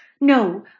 No